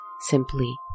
simply